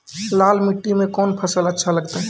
लाल मिट्टी मे कोंन फसल अच्छा लगते?